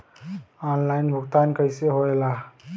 Online भुगतान कैसे होए ला?